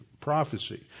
prophecy